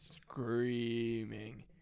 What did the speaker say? screaming